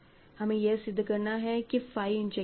हमें यह सिद्ध करना है कि फाई इंजेक्टिव है